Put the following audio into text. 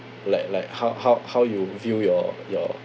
like like how how how you view your your